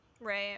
right